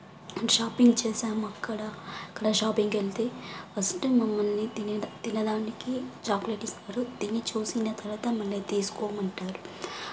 shopping చేసాం అక్కడ అక్కడ షాపింగ్కెళ్తే ఫస్ట్ మమ్మల్ని తినేద తినేదానికి చాక్లేట్ ఇస్తారు తిని చూసిన తర్వాత మళ్ళా తీసుకోమంటారు